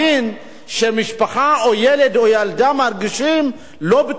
מרגישים לא בטוחים לצאת בסביבת מגוריהם,